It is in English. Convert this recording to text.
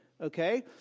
okay